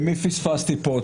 מי פספסתי פה?